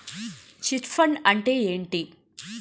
Chit fund అంటే ఏంటి?